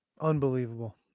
Unbelievable